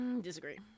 disagree